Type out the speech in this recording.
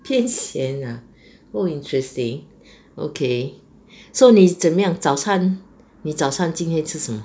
偏咸 ah oh interesting okay so 你怎么样早餐你早上今天吃什么